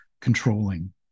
controlling